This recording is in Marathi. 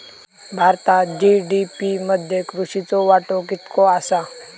भारतात जी.डी.पी मध्ये कृषीचो वाटो कितको आसा?